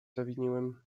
zawiniłem